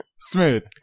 Smooth